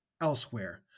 elsewhere